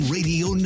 Radio